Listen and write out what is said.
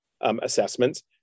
assessments